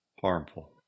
harmful